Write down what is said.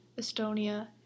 Estonia